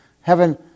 heaven